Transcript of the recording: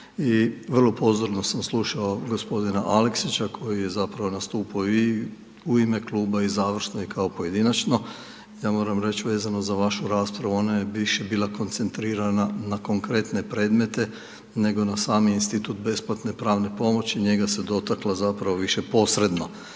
i vrlo pozorno sam slušao g. Aleksića koji je zapravo nastupao i u ime kluba i završno i kao pojedinačno, ja moram reć vezano za vašu raspravu, ona je više bila koncentrirana na konkretne predmete, nego na sami Institut besplatne pravne pomoći, njega se dotaklo zapravo više posredno.